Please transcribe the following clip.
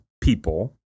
people